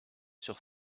sur